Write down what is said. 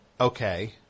Okay